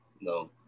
no